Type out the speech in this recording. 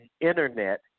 Internet